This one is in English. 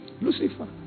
Lucifer